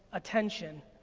attention,